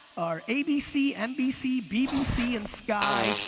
are abc, nbc, bbc and sky,